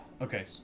Okay